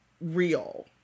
real